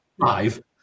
five